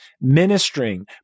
ministering